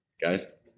Guys